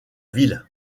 ville